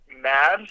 mad